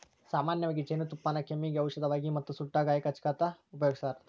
ಸಾಮನ್ಯವಾಗಿ ಜೇನುತುಪ್ಪಾನ ಕೆಮ್ಮಿಗೆ ಔಷದಾಗಿ ಮತ್ತ ಸುಟ್ಟ ಗಾಯಕ್ಕ ಹಚ್ಚಾಕ ಉಪಯೋಗಸ್ತಾರ